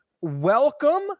welcome